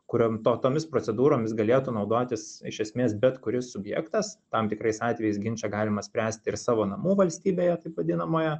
kuriom to tomis procedūromis galėtų naudotis iš esmės bet kuris subjektas tam tikrais atvejais ginčą galima spręsti ir savo namų valstybėje taip vadinamoje